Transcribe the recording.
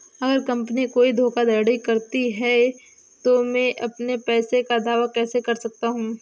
अगर कंपनी कोई धोखाधड़ी करती है तो मैं अपने पैसे का दावा कैसे कर सकता हूं?